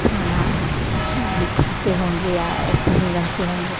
खाना भी खाते होंगे या ऐसे ही रहते होंगे